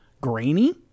grainy